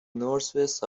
northwest